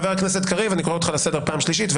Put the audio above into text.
חבר הכנסת קריב, אני קורא אותך לסדר פעם שלישית.